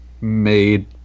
made